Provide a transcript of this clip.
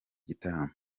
gitaramo